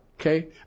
Okay